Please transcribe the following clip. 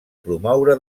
promoure